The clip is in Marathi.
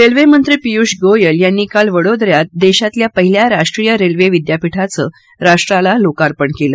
रेल्वेमंत्री पीयूष गोयल यांनी काल वडोदन्यात देशातल्या पहील्या राष्ट्रीय रेल्वे विद्यापीठाचं राष्ट्राला लोकार्पण केलं